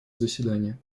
заседания